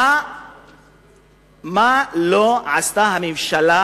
מה לא עשתה הממשלה